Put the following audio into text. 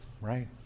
right